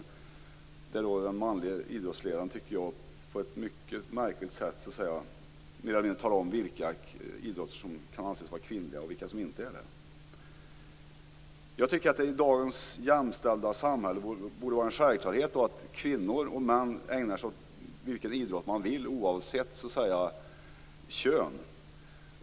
Jag tycker att den manlige idrottsledaren på ett mycket märkligt sätt talar om vilka idrotter som anses vara kvinnliga och vilka som inte gör det. I dagens jämställda samhälle borde det vara en självklarhet att kvinnor och män ägnar sig åt vilken idrott de vill oavsett kön.